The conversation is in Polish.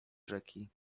rzeki